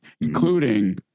including